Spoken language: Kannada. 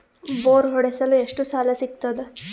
ಬೋರ್ ಹೊಡೆಸಲು ಎಷ್ಟು ಸಾಲ ಸಿಗತದ?